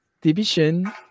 division